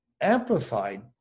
amplified